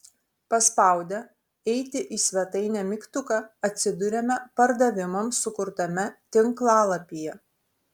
paspaudę eiti į svetainę mygtuką atsiduriame pardavimams sukurtame tinklalapyje